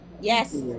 yes